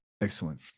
Excellent